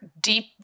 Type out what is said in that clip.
deep